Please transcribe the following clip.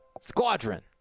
Squadron